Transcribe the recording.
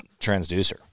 transducer